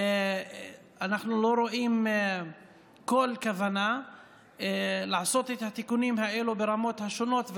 אנחנו לא רואים כל כוונה לעשות את התיקונים האלו ברמות השונות,